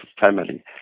family